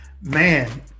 man